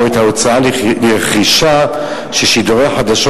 או את ההוצאה לרכישה של שידורי חדשות